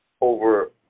over